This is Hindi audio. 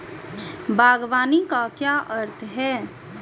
बागवानी का क्या अर्थ है?